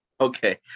Okay